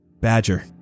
Badger